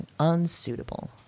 unsuitable